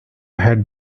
had